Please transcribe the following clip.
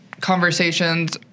conversations